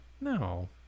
no